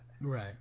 Right